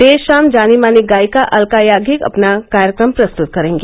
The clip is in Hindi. देर शाम जानी मानी गायिका अल्का याग्निक अपना कार्यक्रम प्रस्तुत करेंगी